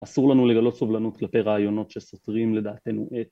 אסור לנו לגלות סובלנות כלפי רעיונות שסותרים לדעתנו את